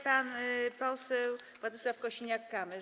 Pan poseł Władysław Kosiniak-Kamysz.